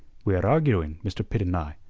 we are arguing, mr. pitt and i,